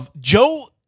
Joe